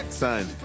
son